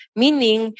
meaning